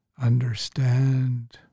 understand